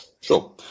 Sure